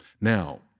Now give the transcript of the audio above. Now